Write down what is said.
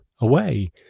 away